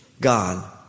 God